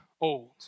old